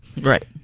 Right